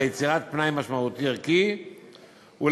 ליצירת פנאי משמעותי ערכי ולהדרכה